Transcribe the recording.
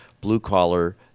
blue-collar